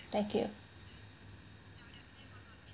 thank you